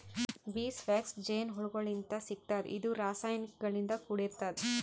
bees wax ಜೇನಹುಳಗೋಳಿಂತ್ ಸಿಗ್ತದ್ ಇದು ರಾಸಾಯನಿಕ್ ಗಳಿಂದ್ ಕೂಡಿರ್ತದ